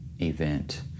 event